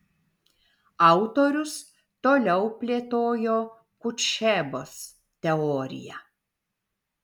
autorius toliau plėtojo kutšebos teoriją